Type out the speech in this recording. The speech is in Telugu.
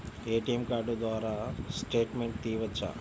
ఏ.టీ.ఎం కార్డు ద్వారా స్టేట్మెంట్ తీయవచ్చా?